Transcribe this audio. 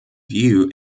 view